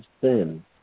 sin